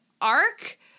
arc